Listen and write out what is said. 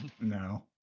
no